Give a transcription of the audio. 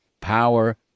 power